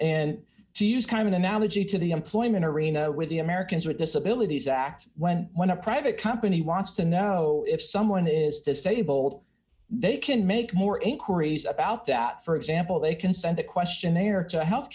use kind of analogy to the employment arena with the americans with disabilities act when when a private company wants to know if someone is disabled they can make more inquiries about that for example they can send the questionnaire to health